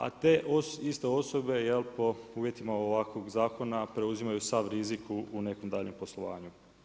A te iste osobe po uvjetima ovakvog zakona preuzimaju sav rizik u nekom daljnjem poslovanju.